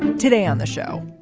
today on the show,